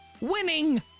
winning